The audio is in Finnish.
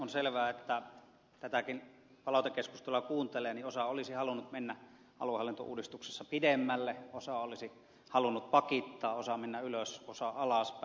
on selvää että kun tätäkin palautekeskustelua kuuntelee niin osa olisi halunnut mennä aluehallintouudistuksessa pidemmälle osa olisi halunnut pakittaa osa mennä ylös osa alaspäin